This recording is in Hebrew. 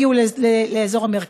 הגיעו לאזור המרכז.